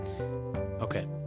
Okay